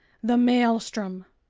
the maelstrom!